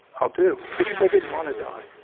i'll do because i didn't want to die,